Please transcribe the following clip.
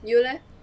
you leh